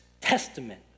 testament